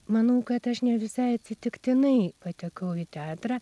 manau kad aš ne visai atsitiktinai patekau į teatrą